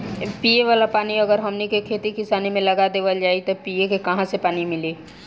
पिए वाला पानी अगर हमनी के खेती किसानी मे लगा देवल जाई त पिए के काहा से पानी मीली